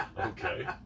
Okay